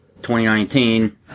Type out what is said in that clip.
2019